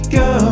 go